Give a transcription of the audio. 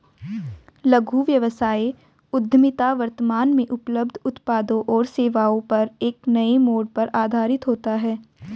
लघु व्यवसाय उद्यमिता वर्तमान में उपलब्ध उत्पादों और सेवाओं पर एक नए मोड़ पर आधारित होता है